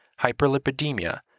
hyperlipidemia